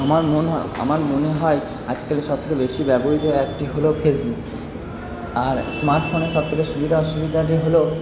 আমার মনে হয় আমার মনে হয় আজকাল সব থেকে বেশি ব্যবহিত অ্যাপটি হল ফেসবুক আর স্মার্টফোনের সব থেকে সুবিধা অসুবিধাটি হল